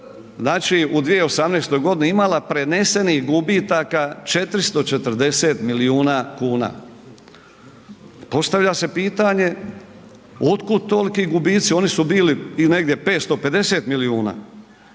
je HRT u 2018. godina imala prenesenih gubitka 440 milijuna kuna. Postavlja se pitanje, od kuda toliki gubici, oni su bili negdje 550 milijuna?